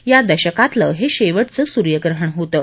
या दशकातलं हे शेवटचं सूर्यग्रहण होतं